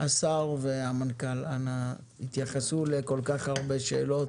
השר והמנכ"ל, אנא התייחסו לשאלות.